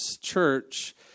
church